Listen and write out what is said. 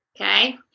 Okay